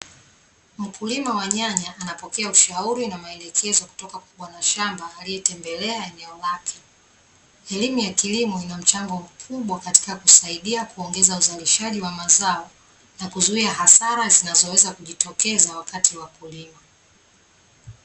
Mkulima wa nyanya anapokea ushauri na maelekezo kutoka kwa bwana shamba aliyetembelea eneo lake. Elimu ya kilimo ina mchango mkubwa katika kusaidia kuongeza uzalishaji wa mazao na kuzuia hasara zinazoweza kujitokeza wakati wa kulima.